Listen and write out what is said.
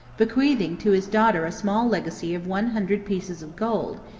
bequeathing to his daughter a small legacy of one hundred pieces of gold,